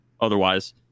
otherwise